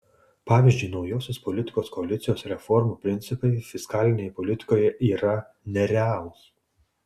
pavyzdžiui naujosios politikos koalicijos reformų principai fiskalinėje politikoje yra nerealūs